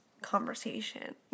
conversation